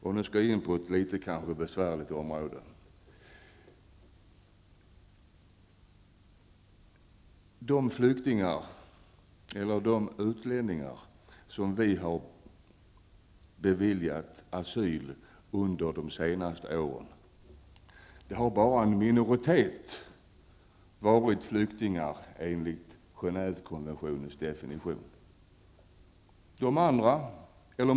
Så vill jag ta upp ett område som kanske är litet besvärligt. Av de utlänningar som har beviljats asyl i Sverige under de senaste åren är en minoritet flyktingar enligt Genèvekonventionens definition.